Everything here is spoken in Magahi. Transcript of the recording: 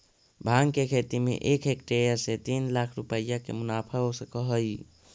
भाँग के खेती में एक हेक्टेयर से तीन लाख रुपया के मुनाफा हो सकऽ हइ